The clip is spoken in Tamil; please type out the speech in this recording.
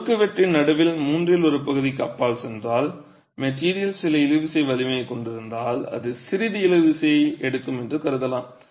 குறுக்குவெட்டின் நடுவில் மூன்றில் ஒரு பகுதிக்கு அப்பால் சென்றால் மெட்டிரியல் சில இழுவிசை வலிமையைக் கொண்டிருந்தால் அது சிறிது இழுவிசையை எடுக்கும் என்று கருதலாம்